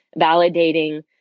validating